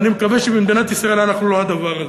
ואני מקווה שבמדינת ישראל אנחנו לא הדבר הזה.